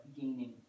gaining